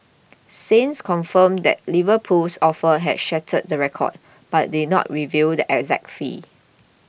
Saints confirmed that Liverpool's offer had shattered the record but did not reveal the exact fee